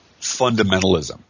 fundamentalism